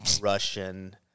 Russian